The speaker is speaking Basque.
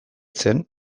zen